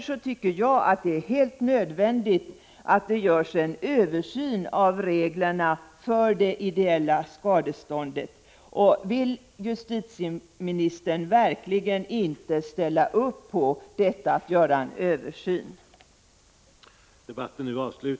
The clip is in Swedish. Jag tycker därför att det är helt nödvändigt att det görs en översyn av reglerna för det ideella skadeståndet. Vill justitieministern verkligen inte ställa sig bakom ett krav på att en sådan översyn görs?